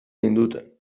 ninduten